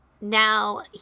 Now